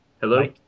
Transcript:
Hello